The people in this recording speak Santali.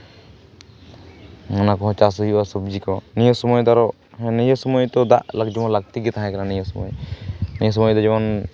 ᱚᱱᱟ ᱠᱚᱦᱚᱸ ᱪᱟᱥ ᱦᱩᱭᱩᱜᱼᱟ ᱥᱚᱵᱽᱡᱤ ᱠᱚ ᱱᱤᱭᱟᱹ ᱥᱚᱢᱚᱭ ᱫᱚ ᱟᱨᱚ ᱱᱤᱭᱟᱹ ᱥᱚᱢᱚᱭ ᱫᱚ ᱫᱟᱜ ᱡᱮᱢᱚᱱ ᱞᱟᱹᱠᱛᱤ ᱜᱮ ᱛᱟᱦᱮᱸᱠᱟᱱᱟ ᱱᱤᱭᱟᱹ ᱥᱚᱢᱚᱭ ᱱᱤᱭᱟᱹ ᱥᱚᱢᱚᱭ ᱫᱚ ᱡᱮᱢᱚᱱ